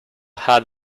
had